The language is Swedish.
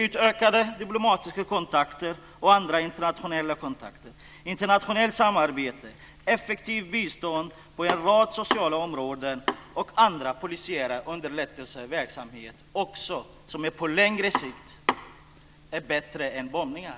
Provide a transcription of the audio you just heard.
Utökade diplomatiska kontakter och andra internationella kontakter, internationellt samarbete, effektivt bistånd på en rad sociala områden och polisiär underrättelseverksamhet är på längre sikt bättre än bombningar.